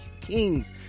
kings